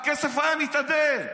והכסף היה מתאדה.